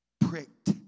Pricked